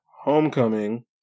Homecoming